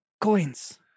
coins